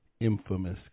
infamous